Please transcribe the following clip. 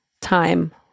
Time